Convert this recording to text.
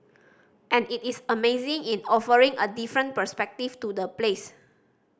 and it is amazing in offering a different perspective to the place